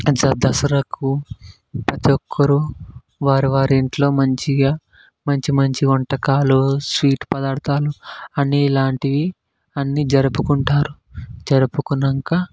దసరాకు ప్రతిఒక్కరూ వారివారి ఇంట్లో మంచిగా మంచిమంచి వంటకాలు స్వీట్ పదార్ధాలు అన్నీ ఇలాంటివి అన్నీ జరుపుకుంటారు జరుపుకున్నాంక